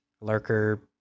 lurker